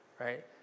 Right